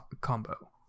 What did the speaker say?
combo